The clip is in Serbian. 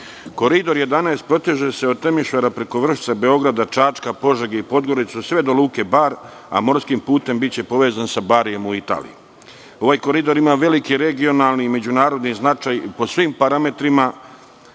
Italiju. Koridor 11 proteže se od Temišvara, preko Vršca, Beograda, Čačka, Požege i Podgorice, sve do Luke Bar, a morskim putem biće povezan sa Barijem u Italiji. Ovaj koridor ima veliki regionalni i međunarodni značaj i po svim parametrima